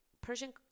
Persian